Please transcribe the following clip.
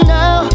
now